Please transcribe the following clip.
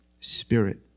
spirit